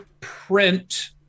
print